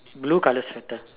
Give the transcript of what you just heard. blue color sweater